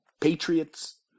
patriots